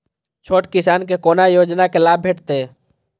छोट किसान के कोना योजना के लाभ भेटते?